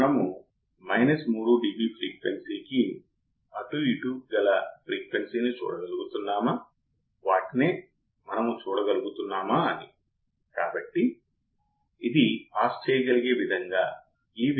కాబట్టి ఇప్పుడు op amp ప్రతిదీ చేస్తుంది ఇన్పుట్ Vin ని రెసిస్ట్ చేసే వరకు అవుట్పుట్ను ప్రస్తుత పరిమితిలోనే ముందుకు నడుపుతుంది ఇన్వర్టింగ్ input Vin ని రెసిస్ట్ చేసే వరకు